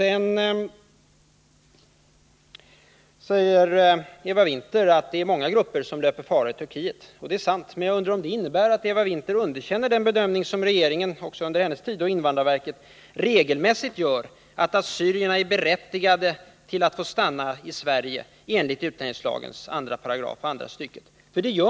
Eva Winther säger att det är många grupper som löper fara i Turkiet, och det är sant. Men jag undrar om det innebär att Eva Winther underkänner den bedömning som invandrarverket och regeringen också under hennes tid gjorde, nämligen att assyrierna är berättigade att få stanna i Sverige enligt utlänningslagens 2 § andra stycket.